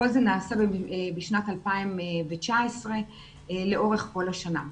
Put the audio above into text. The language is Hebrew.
כל זה נעשה בשנת 2019 לאורך כל השנה.